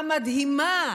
המדהימה,